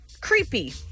Creepy